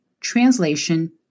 translation